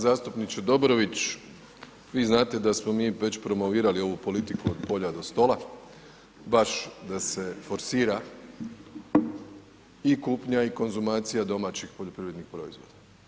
Zastupniče Dobrović, vi znate da smo mi već promovirali ovu politiku od polja do stola, baš da se forsira i kupnja i konzumacija domaćih poljoprivrednih proizvoda.